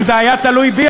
לו זה היה תלוי בי,